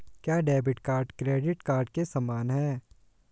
क्या debit card credit card के समान है?